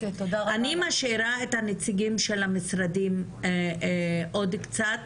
אני משאירה את הנציגים של המשרדים עוד קצת,